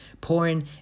Porn